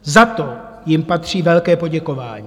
Za to jim patří velké poděkování.